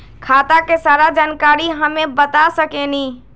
खाता के सारा जानकारी हमे बता सकेनी?